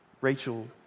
Rachel